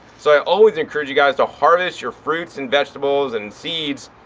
so i always encourage you guys to harvest your fruits and vegetables and seeds,